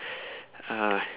uh